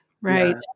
Right